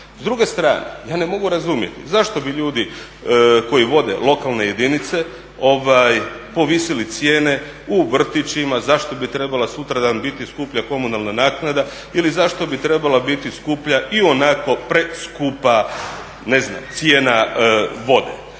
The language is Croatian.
S druge strane, ja ne mogu razumjeti zašto bi ljudi koji vode lokalne jedinice povisili cijene u vrtićima, zašto bi trebala sutradan biti skuplja komunalna naknada ili zašto bi trebala biti skuplja i onako preskupa cijena vode.